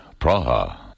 Praha